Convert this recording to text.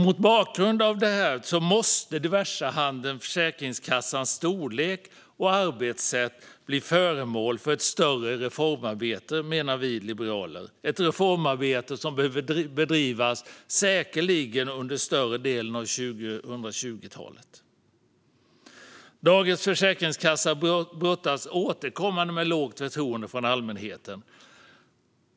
Mot bakgrund av detta menar vi liberaler att diversehandeln Försäkringskassans storlek och arbetssätt måste bli föremål för ett större reformarbete, ett reformarbete som säkerligen behöver bedrivas under större delen av 2020-talet. Dagens försäkringskassa brottas återkommande med lågt förtroende från allmänheten.